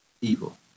evil